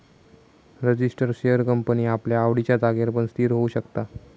register share company आपल्या आवडिच्या जागेर पण स्थिर होऊ शकता